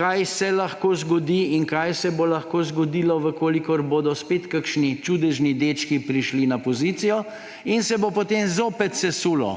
kaj se lahko zgodi in kaj se bi lahko zgodilo, če bodo spet kakšni čudežni dečki prišli na pozicijo in se bo potem zopet sesulo.